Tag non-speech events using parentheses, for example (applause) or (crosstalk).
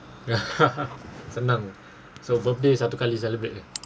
(laughs) senang so birthday satu kali celebrate ni